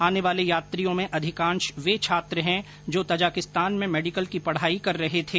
आने वाले यात्रियों में अधिकांश वे छात्र है जो तजाकिस्तान में मेडिकल की पढाई कर रहे थे